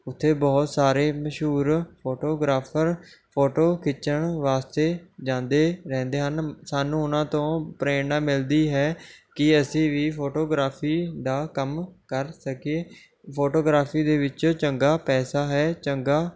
ਉੱਥੇ ਬਹੁਤ ਸਾਰੇ ਮਸ਼ਹੂਰ ਫੋਟੋਗ੍ਰਾਫਰ ਫੋਟੋ ਖਿੱਚਣ ਵਾਸਤੇ ਜਾਂਦੇ ਰਹਿੰਦੇ ਹਨ ਸਾਨੂੰ ਉਹਨਾਂ ਤੋਂ ਪ੍ਰੇਰਨਾ ਮਿਲਦੀ ਹੈ ਕਿ ਅਸੀਂ ਵੀ ਫੋਟੋਗ੍ਰਾਫੀ ਦਾ ਕੰਮ ਕਰ ਸਕੀਏ ਫੋਟੋਗ੍ਰਾਫੀ ਦੇ ਵਿਚ ਚੰਗਾ ਪੈਸਾ ਹੈ ਚੰਗਾ